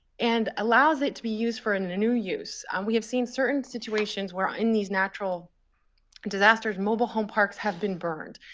and allows it to be used for a new use. and we have seen certain situations where, in these natural disasters, mobile home parks have been burned.